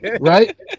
right